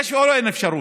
יש או אין אפשרות?